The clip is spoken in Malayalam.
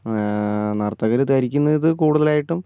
നർത്തകർ ധരിക്കുന്നത് കൂടുതലായിട്ടും